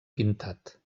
pintat